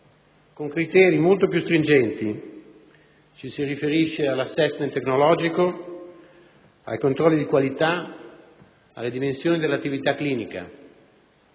con criteri molto più stringenti (ci si riferisce all'*assessment* tecnologico, ai controlli di qualità, alle dimensioni dell'attività clinica